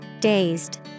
Dazed